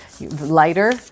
lighter